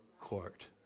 court